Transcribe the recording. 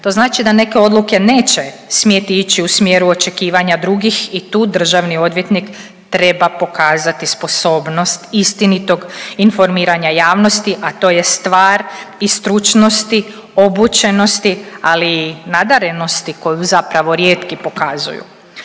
To znači da neke odluke neće smjeti ići u smjeru očekivanja drugih i tu državni odvjetnik treba pokazati sposobnost istinitog informiranja javnosti, a to je stvar i stručnosti, obučenosti, ali i nadarenosti koju zapravo rijetki pokazuju.